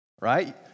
Right